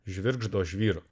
žvirgždo žvyro